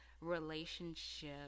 relationship